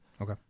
Okay